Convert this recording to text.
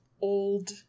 old